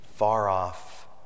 Far-off